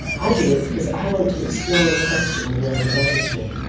i do it because i want to explore or question the world around me.